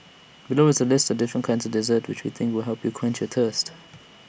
below is A list of different kinds of desserts which we think will help quench your thirst